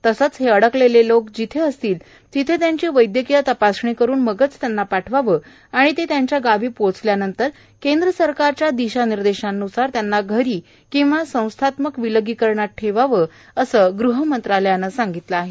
तसेच हे अडकलेले लोकं जिथं असतील तिथं त्यांची वैदयकीय तपासणी करून मगच त्यांना पाठवावं आणि ते त्यांच्या गावी पोचल्यानंतर केंद्र सरकारच्या दिशा निर्देशांन्सार त्यांना घरी किंवा संस्थात्मक विलगीकरणात ठेवावं असं गृह मंत्रालयानं सांगितलं आहे